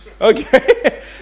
Okay